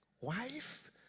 Wife